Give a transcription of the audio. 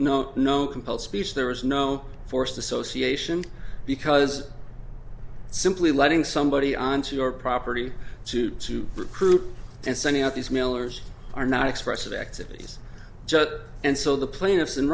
note no compulsory peace there was no forced association because simply letting somebody onto your property to to recruit and sending out these millers are not expressive activities and so the plaintiffs